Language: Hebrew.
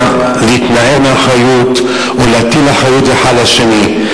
להתנער מאחריות או להטיל אחריות אחד על השני.